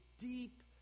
deep